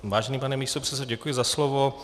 Vážený pane místopředsedo, děkuji za slovo.